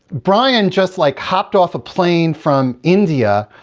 brian just like hopped off a plane from india,